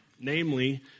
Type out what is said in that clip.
Namely